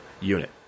unit